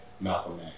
Malcolm